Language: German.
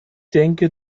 denke